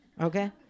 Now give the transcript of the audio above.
Okay